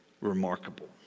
remarkable